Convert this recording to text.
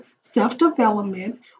self-development